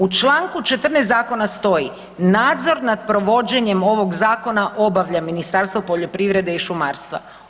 U čl. 14. zakona stoji, nadzor nad provođenjem ovog zakona obavlja Ministarstvo poljoprivrede i šumarstva.